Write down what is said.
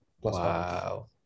Wow